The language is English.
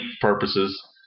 purposes